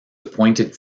appointed